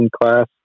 class